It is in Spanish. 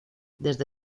desde